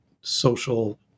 social